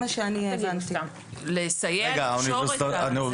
מה יעשה תלמיד שנמצא באמצע הלימודים,